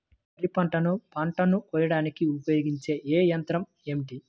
వరిపంటను పంటను కోయడానికి ఉపయోగించే ఏ యంత్రం ఏమిటి?